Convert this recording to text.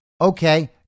Okay